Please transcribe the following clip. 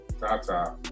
Tata